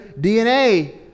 DNA